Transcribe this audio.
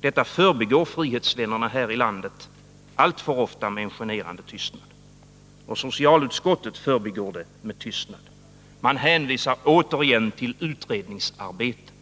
Detta förbigår frihetsvännerna här i landet alltför ofta med en generande tystnad. Och socialutskottet förbigår det med tystnad. Man hänvisar återigen till utredningsarbete.